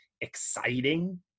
exciting